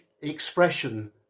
expression